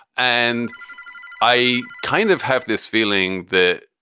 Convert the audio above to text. and i kind of have this feeling that.